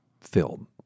film